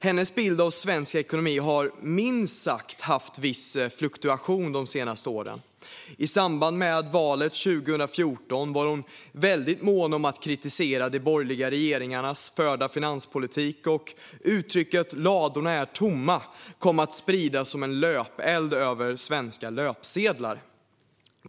Hennes bild av svensk ekonomi har minst sagt haft viss fluktuation de senaste åren. I samband med valet 2014 var hon väldigt mån om att kritisera de borgerliga regeringarnas förda finanspolitik, och uttrycket "ladorna är tomma" kom att spridas som en löpeld på svenska löpsedlar.